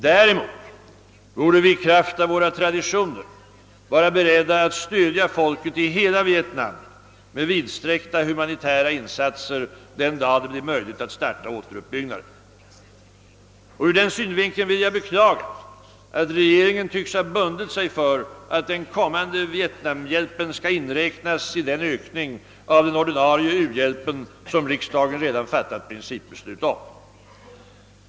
Däremot borde vi i kraft av våra traditioner vara beredda att stödja folket i hela Vietnam med vidsträckta humanitära insatser den dag det blir möjligt starta återuppbyggnaden. Ur denna synvinkel vill jag beklaga att regeringen tycks ha bundit sig för att den kommande Vietnamhjälpen skall inräknas i den ökning av den ordinarie u-hjälpen som riksdagen redan fattat principbeslut om.